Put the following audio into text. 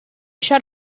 shut